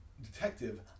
detective